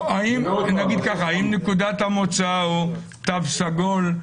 האם נקודת המוצא היא תו סגול?